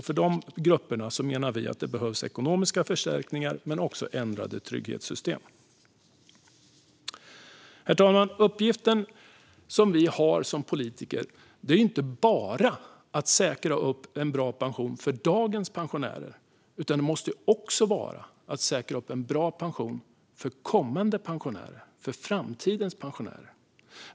För dessa grupper menar vi att det behövs ekonomiska förstärkningar men också ändrade trygghetssystem. Herr talman! Uppgiften vi har som politiker är inte bara att säkra en bra pension för dagens pensionärer, utan den måste också vara att säkra en bra pension för kommande pensionärer - för framtidens pensionärer.